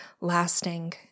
lasting